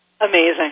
Amazing